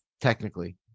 technically